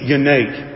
unique